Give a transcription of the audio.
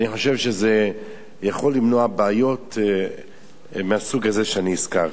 אני חושב שזה יכול למנוע בעיות מהסוג הזה שאני הזכרתי.